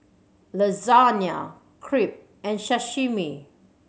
Lasagna Crepe and Sashimi